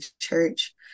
church